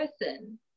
person